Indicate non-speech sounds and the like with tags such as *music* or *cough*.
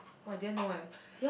!wah! I didn't know eh *laughs*